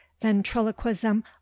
ventriloquism